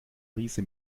riese